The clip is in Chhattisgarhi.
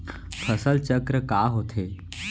फसल चक्र का होथे?